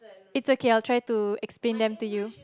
it's okay I'll try to explain them to you